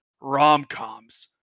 rom-coms